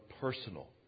personal